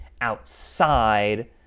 outside